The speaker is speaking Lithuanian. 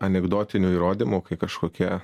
anekdotinių įrodymų kai kažkokie